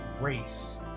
race